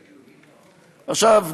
עכשיו,